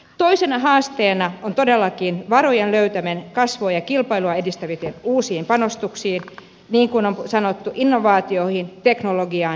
toisena haasteena on todellakin varojen löytäminen kasvua ja kilpailua edistäviin uusiin panostuksiin niin kuin on sanottu innovaatioihin teknologiaan ja infrastruktuuriin